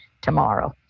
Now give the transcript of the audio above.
tomorrow